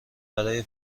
برای